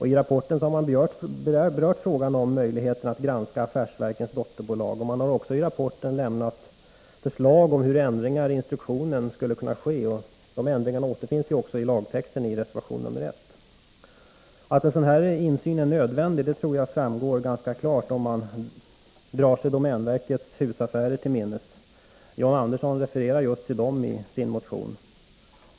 I rapporten har man berört frågan om möjligheten att granska affärsverkens dotterbolag, och man har också lämnat förslag om hur ändringar i instruktionen skulle kunna ske. De ändringarna återfinns i lagtexten i reservationen 1. Att en sådan insyn är nödvändig tror jag framgår ganska klart, om man drar sig domänverkets husaffärer till minnes; John Andersson refererar just till dem i sin motion.